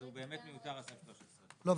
אז זה באמת מיותר סעיף 13. לא,